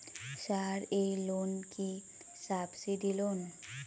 Sir এই loan কি subsidy loan?